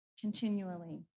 continually